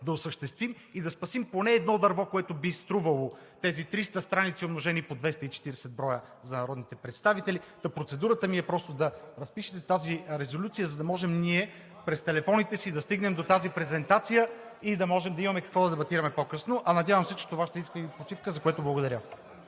да осъществим и да спасим поне едно дърво, което би струвало тези 300 страници, умножени по 240 броя за народните представители. Та процедурата ми е просто да разпишете тази резолюция, за да можем през телефоните си да стигнем до презентацията и да имаме какво да дебатираме по-късно. А надявам се, че това ще иска и почивка, за което благодаря.